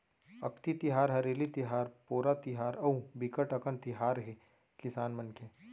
अक्ति तिहार, हरेली तिहार, पोरा तिहार अउ बिकट अकन तिहार हे किसान मन के